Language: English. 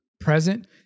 present